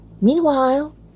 Meanwhile